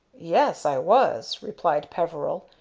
yes, i was, replied peveril,